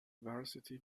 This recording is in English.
varsity